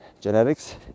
genetics